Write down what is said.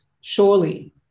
surely